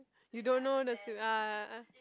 you don't know the s~